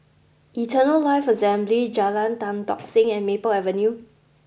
Eternal Life Assembly Jalan Tan Tock Seng and Maple Avenue